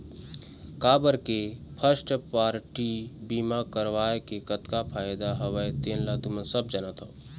काबर के first party बीमा करवाय के कतका फायदा हवय तेन ल तुमन सब जानत हव